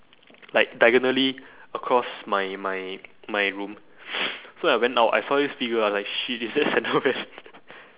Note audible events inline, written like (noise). like diagonally across my my my room (noise) so I went out I saw this figure ah like shit is that slender man